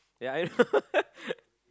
yeah I know